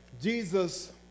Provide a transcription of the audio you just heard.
Jesus